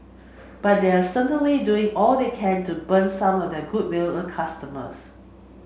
but they're certainly doing all they can to burn some of their goodwill with customers